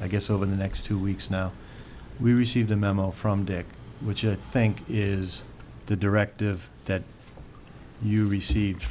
i guess over the next two weeks now we received a memo from dick which i think is the directive that you received